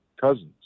cousins